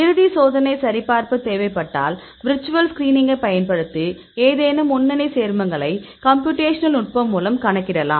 இறுதி சோதனை சரிபார்ப்பு தேவைப்பட்டால் விர்ச்சுவல் ஸ்கிரீனிங்கை பயன்படுத்தி ஏதேனும் முன்னணி சேர்மங்களை கம்ப்யூடேஷனல் நுட்பம் மூலம் கணக்கிடலாம்